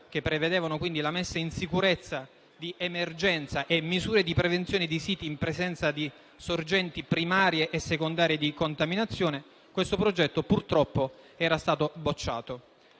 che prevedevano la messa in sicurezza di emergenza e misure di prevenzione di siti in presenza di sorgenti primarie e secondarie di contaminazione, purtroppo era stato bocciato.